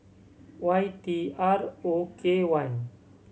Y T R O K one